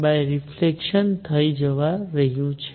તેથી λ2λvsinθcreflection થવા જઈ રહ્યું છે